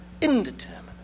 indeterminate